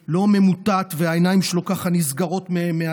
יהיה בן אדם שלא ממוטט והעיניים שלו ככה נסגרת מעצמן,